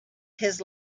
his